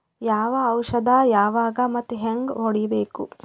ಯಾವ ಔಷದ ಯಾವಾಗ ಮತ್ ಹ್ಯಾಂಗ್ ಹೊಡಿಬೇಕು?